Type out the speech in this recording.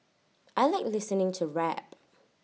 I Like listening to rap